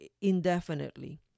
indefinitely